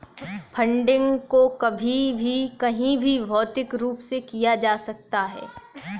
funding को कभी भी कहीं भी भौतिक रूप से किया जा सकता है